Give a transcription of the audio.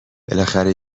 بالاخره